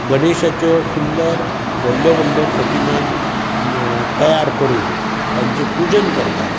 गणेशाच्यो सुंदर व्हडल्यो व्हडल्यो प्रतिमा तयार करून तांचें पुजन करतात